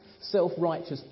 self-righteous